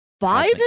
Five